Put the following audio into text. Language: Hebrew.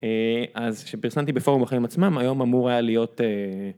אז כשפרסמתי בפורום החיים עצמם, היום אמור היה להיות.